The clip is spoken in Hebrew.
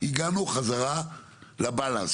כל דבר שיהיה שיח אמיתי, אנחנו תמיד בנפש